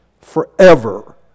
forever